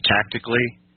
tactically